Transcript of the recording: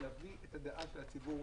להביא את הדעה של הציבור,